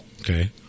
Okay